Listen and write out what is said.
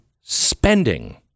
spending